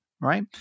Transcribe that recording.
Right